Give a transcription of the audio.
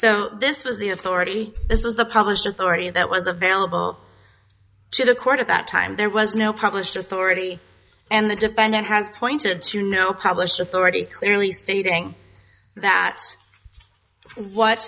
so this was the authority this was the publisher authority that was available to the court at that time there was no published authority and the defendant has pointed to no published authority clearly stating that what